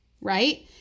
right